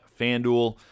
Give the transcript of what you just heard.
FanDuel